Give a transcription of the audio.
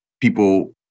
people